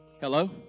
Hello